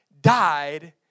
died